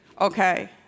okay